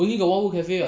only got Wild Wood cafe [what]